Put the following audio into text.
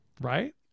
Right